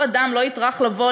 אף אחד לא יטרח לבוא,